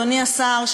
אדוני השר,